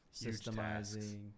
systemizing